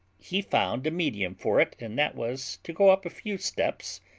he found a medium for it, and that was to go up a few steps,